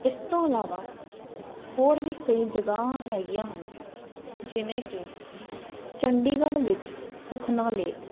ਇਸ ਤੋਂ ਇਲਾਵਾ ਹੋਰ ਵੀ ਕਈ ਜਗਾਵਾਂ ਹੈਗੀਆ ਜਿਵੇਂ ਕਿ ਚੰਡੀਗੜ੍ਹ ਵਿੱਚ ਸੁਖਨਾ ਲੇਕ